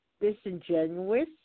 disingenuous